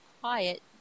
quiet